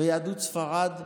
ויהדות ספרד.